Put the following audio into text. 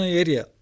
area